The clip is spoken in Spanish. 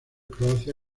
croacia